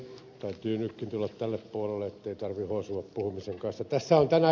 täytyy nytkin tulla tälle puolelle ettei tarvitse hosua puhumisen kanssa